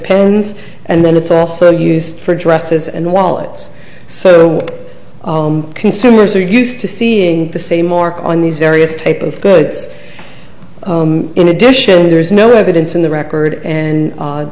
pens and then it's also used for addresses and wallets so consumers are used to seeing the same mark on these various type of goods in addition there's no evidence in the record and